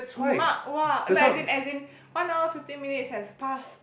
mark !wah! no as in as in one hour fifteen minutes has pass